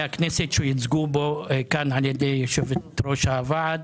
הכנסת שיוצגו כאן על-ידי יושבת-ראש הוועד